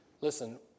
listen